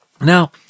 Now